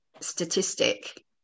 statistic